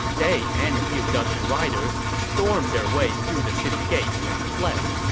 they and a few dozen riders stormed their way through the city gates and fled.